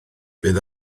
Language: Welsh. bydd